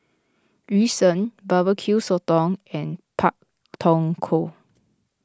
Yu Sheng Barbecue Sotong and Pak Thong Ko